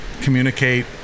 communicate